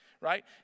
right